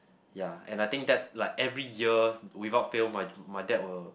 ya and I think that like every year without fail my my dad will